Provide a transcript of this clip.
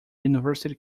university